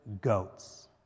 goats